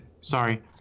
Sorry